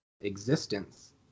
existence